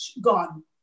gone